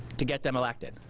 to get them elected.